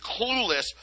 clueless